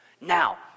Now